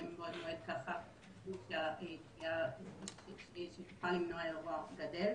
מבעוד מועד כך תוכל למנוע אירוע גדל.